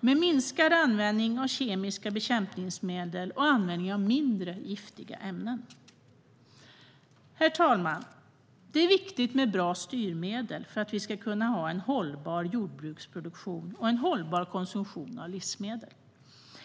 med minskad användning av kemiska bekämpningsmedel och användning av mindre giftiga ämnen. Herr talman! Det är viktigt med bra styrmedel för att vi ska kunna ha en hållbar jordbruksproduktion och en hållbar konsumtion av livsmedel.